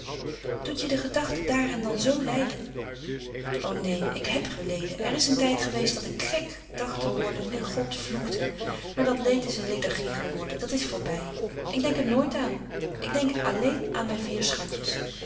doet je de gedachte daaraan dan zoo lijden o neen ik heb geleden er is een tijd geweest dat ik gek dacht te zullen worden en god vloekte maar dat leed is een lethargie geworden dat is voorbij ik denk er nooit aan ik denk alleen aan mijn vier schatjes